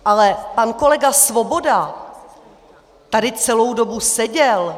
Ale pan kolega Svoboda tady celou dobu seděl.